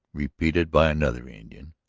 repeated by another indian,